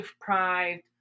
deprived